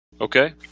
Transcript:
Okay